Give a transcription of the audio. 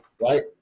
Right